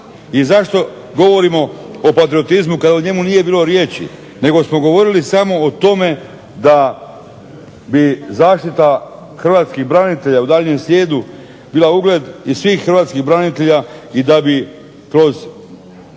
I zašto govorimo o patriotizmu kad o njemu nije bilo riječi, nego smo govorili samo o tome da bi zaštita hrvatskih branitelja, u daljnjem slijedu bila ugled i svih hrvatskih branitelja i da bi kroz